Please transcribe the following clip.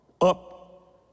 Up